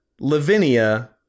lavinia